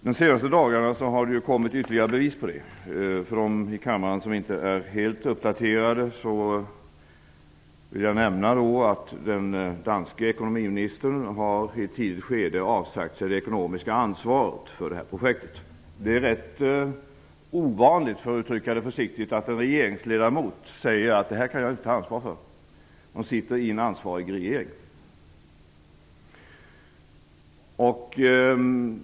De senaste dagarna har det kommit ytterligare bevis på detta. För dem i kammaren som inte är helt uppdaterade vill jag nämna att den danska ekonomiministern i ett tidigt skede har avsagt sig det ekonomiska ansvaret för projektet. Det är rätt ovanligt - för att uttrycka det hela försiktigt - att en regeringsledamot säger att han inte kan ta ansvar för något när han sitter i den ansvariga regeringen.